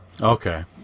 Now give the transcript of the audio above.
Okay